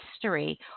history